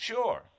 Sure